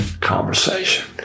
conversation